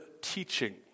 teaching